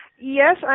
Yes